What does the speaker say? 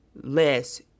less